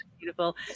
beautiful